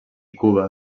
cuba